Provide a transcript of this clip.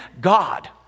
God